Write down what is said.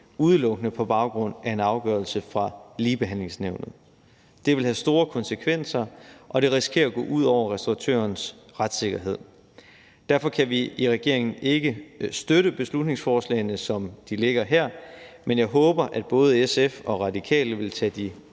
udelukkende på baggrund af en afgørelse fra Ligebehandlingsnævnet. Det vil have store konsekvenser, og det risikerer at gå ud over restauratørens retssikkerhed. Derfor kan vi i regeringen ikke støtte beslutningsforslagene, som de ligger her, men jeg håber, at både SF og Radikale vil tage de